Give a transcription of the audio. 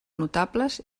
notables